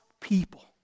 people